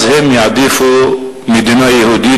אז הם יעדיפו מדינה יהודית,